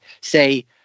say